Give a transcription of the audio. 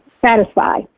satisfy